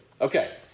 Okay